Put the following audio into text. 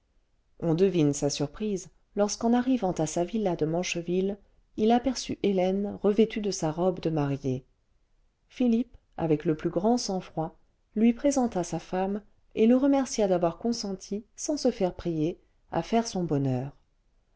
on devine sa surprise lorsqu'en arrivant à sa villa de mancheville il aperçut hélène revêtue de sa robe de mariée philippe avec le plus grand sang-froid lui présenta sa femme et le remercia d'avoir consenti sans se faire prier à faire son bonheur